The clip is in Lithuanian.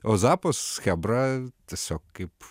o zappos chebra tiesiog kaip